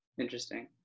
Interesting